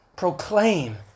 Proclaim